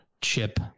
chip